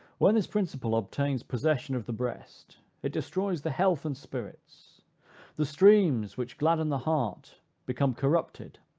when this principle obtains possession of the breast, it destroys the health and spirits the streams which gladden the heart become corrupted,